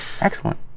excellent